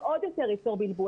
זה עוד יותר ייצור בלבול.